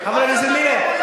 חבר הכנסת מילר,